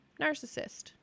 Narcissist